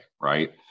Right